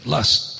Lust